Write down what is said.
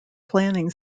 planning